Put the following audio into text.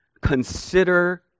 consider